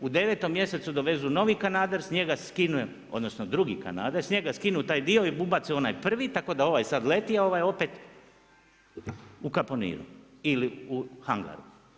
U 9. mjesecu dovezu novi kanader, s njega skinu, odnosno, drugi kanader, s njega skinu taj dio i ubace u onaj prvi, tako da ovaj sad leti, a ovaj opet u … ili u Hangaru.